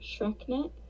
Shreknet